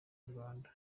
nyarwanda